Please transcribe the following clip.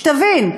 שתבין.